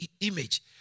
image